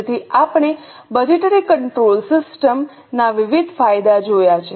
તેથી આપણે budgetary control system ના વિવિધ ફાયદા જોયા છે